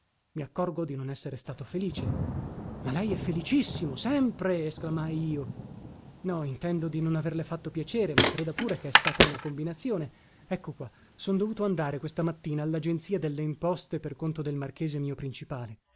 i accorgo di non essere stato felice ma lei è felicissimo sempre esclamai io no intendo di non averle fatto piacere ma creda pure che è stata una combinazione ecco qua son dovuto andare questa mattina allagenzia delle imposte per conto del marchese mio principale